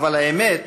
אבל האמת